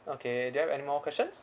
okay do you have anymore questions